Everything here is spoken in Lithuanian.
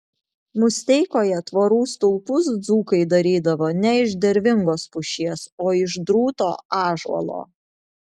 musteikoje tvorų stulpus dzūkai darydavo ne iš dervingos pušies o iš drūto ąžuolo